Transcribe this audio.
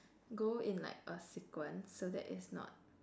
go in like a sequence so that it's not